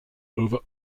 over